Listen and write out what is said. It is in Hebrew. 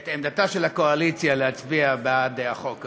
לשנות את עמדתה של הקואליציה ולהצביע בעד החוק הזה.